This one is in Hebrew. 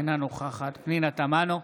אינה נוכחת פנינה תמנו,